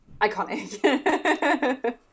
Iconic